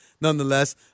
nonetheless